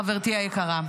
חברתי היקרה.